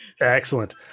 Excellent